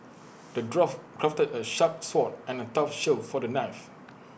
the dwarf crafted A sharp sword and A tough shield for the knife